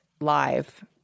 live